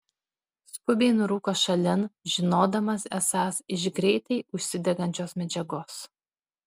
skubiai nurūko šalin žinodamas esąs iš greitai užsidegančios medžiagos